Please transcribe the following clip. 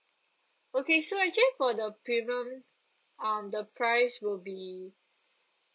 okay so actually for the premium um the price will be